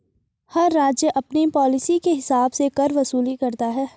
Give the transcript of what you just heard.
हर राज्य अपनी पॉलिसी के हिसाब से कर वसूली करता है